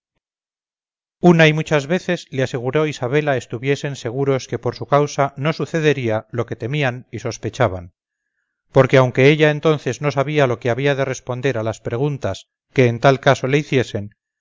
una y muchas veces le aseguró isabela estuviesen seguros que por su causa no sucedería lo que temían y sospechaban porque aunque ella entonces no sabía lo que había de responder a las preguntas que en tal caso le hiciesen